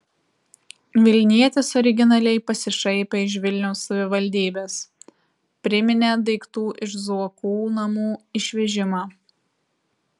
vilnietis originaliai pasišaipė iš vilniaus savivaldybės priminė daiktų iš zuokų namų išvežimą